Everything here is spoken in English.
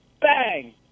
bang